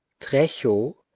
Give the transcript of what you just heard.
trecho